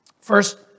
First